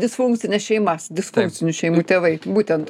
disfunkcines šeimas disfunkcinių šeimų tėvai būtent